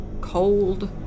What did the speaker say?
cold